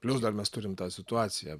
plius dar mes turim tą situaciją